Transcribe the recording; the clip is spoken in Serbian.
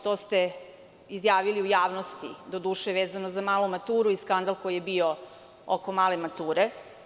To ste izjavili u javnosti, doduše vezano za malu maturu i skandal koji je bio oko male mature.